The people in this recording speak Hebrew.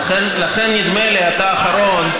לכן, נדמה לי, אתה האחרון.